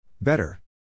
Better